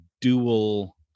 dual